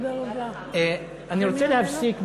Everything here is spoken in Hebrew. אני רוצה להפסיק,